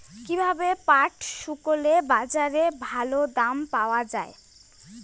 কীভাবে পাট শুকোলে বাজারে ভালো দাম পাওয়া য়ায়?